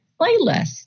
playlist